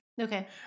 Okay